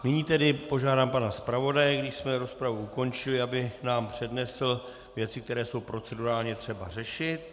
Nyní tedy požádám pana zpravodaje, když jsme rozpravu ukončili, aby nám přednesl věci, které jsou procedurálně třeba řešit.